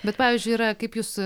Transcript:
bet pavyzdžiui yra kaip jūs